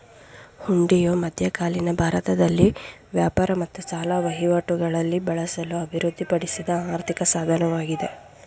ಹುಂಡಿಯು ಮಧ್ಯಕಾಲೀನ ಭಾರತದಲ್ಲಿ ವ್ಯಾಪಾರ ಮತ್ತು ಸಾಲ ವಹಿವಾಟುಗಳಲ್ಲಿ ಬಳಸಲು ಅಭಿವೃದ್ಧಿಪಡಿಸಿದ ಆರ್ಥಿಕ ಸಾಧನವಾಗಿದೆ